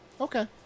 Okay